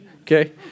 Okay